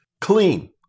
clean